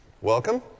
Welcome